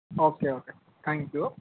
okay okay thank you હોં